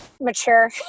mature